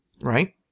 right